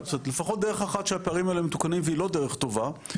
לפחות דרך אחת שהפערים האלה מתוקנים והיא לא דרך טובה,